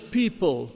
people